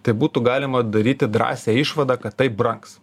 tai būtų galima daryti drąsią išvadą kad taip brangs